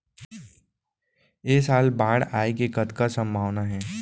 ऐ साल बाढ़ आय के कतका संभावना हे?